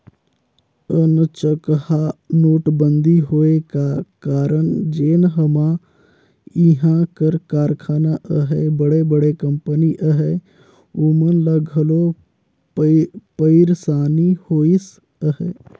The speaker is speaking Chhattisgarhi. अनचकहा नोटबंदी होए का कारन जेन हमा इहां कर कारखाना अहें बड़े बड़े कंपनी अहें ओमन ल घलो पइरसानी होइस अहे